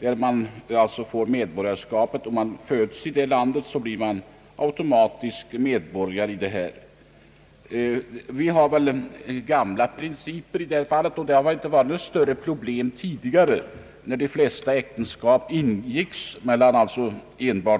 Den som föds i ett sådant land Ang. utlänningspolitiken, m.m. blir automatiskt medborgare där. Vi har i detta fall gamla principer, och det har inte varit några större problem tidigare när de flesta äktenskap ingicks mellan